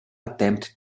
attempt